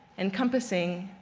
encompassing,